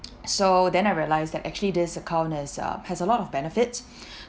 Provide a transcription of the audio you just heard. so then I realized that actually this account has uh has a lot of benefits